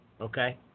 okay